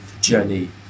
journey